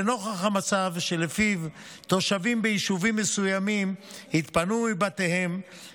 לנוכח המצב שלפיו תושבים ביישובים מסוימים התפנו מבתיהם